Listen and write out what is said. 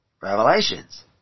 Revelations